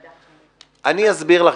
אני אסביר לך